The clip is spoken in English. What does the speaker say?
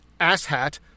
Asshat